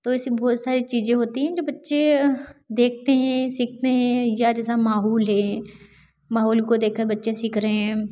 तो ऐसी बहुत सारी चीज़ें होती हैं जो बच्चे देखते हैं सीखते हैं या जैसा माहौल है माहौल को देखकर बच्चे सीख रहे है